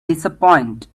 disappoint